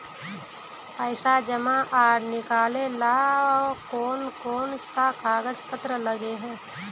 पैसा जमा आर निकाले ला कोन कोन सा कागज पत्र लगे है?